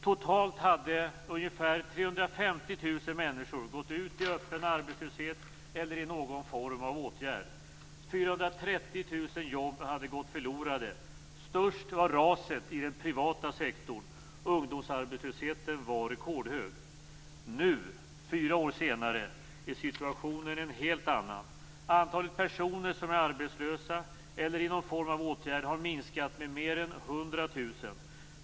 Totalt hade ungefär 350 000 gått ut i öppen arbetslöshet eller i någon form av åtgärd. 430 000 jobb hade gått förlorade. Störst var raset i den privata sektorn. Ungdomsarbetslösheten var rekordhög. Nu, fyra år senare, är situationen en helt annan. Antalet personer som är arbetslösa eller i någon form av åtgärd har minskat med mer än 100 000.